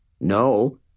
No